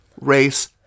race